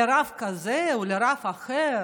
לרב כזה או לרב אחר?